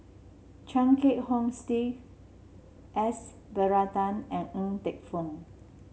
Chia Kiah Hong Steve S Varathan and Ng Teng Fong